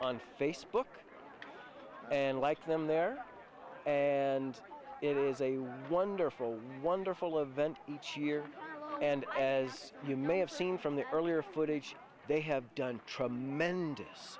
on facebook and like them there and it is a wonderful wonderful event each year and as you may have seen from the earlier footage they have done tremendous